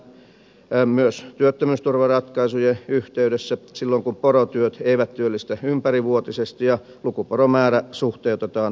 näinhän menetellään myös työttömyysturvaratkaisujen yh teydessä silloin kun porotyöt eivät työllistä ympärivuotisesti ja lukuporomäärä suhteutetaan työttömyysturvaoikeuteen